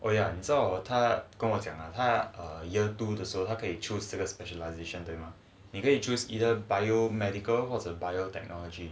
oh ya 你知道他跟我讲了他 err year two 的时候它可以 chose to the specialisation 对吗你可以 choose either biomedical 或者 biotechnology